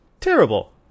Terrible